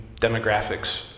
demographics